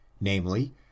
namely